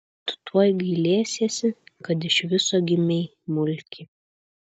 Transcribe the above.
tu tuoj gailėsiesi kad iš viso gimei mulki